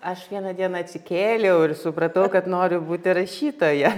aš vieną dieną atsikėliau ir supratau kad noriu būti rašytoja